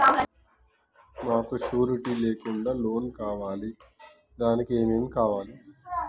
మాకు షూరిటీ లేకుండా లోన్ కావాలి దానికి ఏమేమి కావాలి?